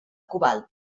cobalt